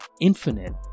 infinite